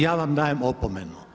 Ja vam dajem opomenu.